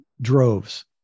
droves